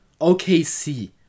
OKC